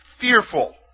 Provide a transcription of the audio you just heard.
fearful